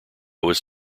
was